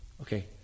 Okay